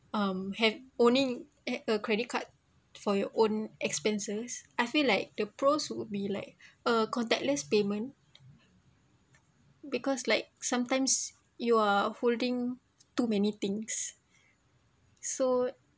um have owning eh a credit card for your own expenses I feel like the pros would be like uh contact-less payment because like sometimes you are holding too many things so